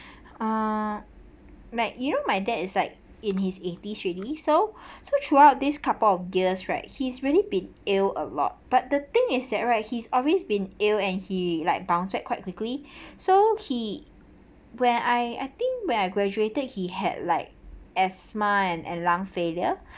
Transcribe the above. uh meg you know my dad is like in his eighties ready so so throughout this couple of years right he's really been ill a lot but the thing is that right he's always been ill and he like bounce back quite quickly so he when I I think when I graduated he had like asthma and and lung failure